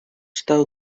still